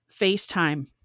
FaceTime